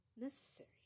necessary